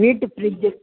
வீட்டு ஃப்ரிட்ஜ்